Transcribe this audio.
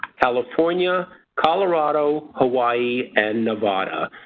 california, colorado, hawaii and nevada.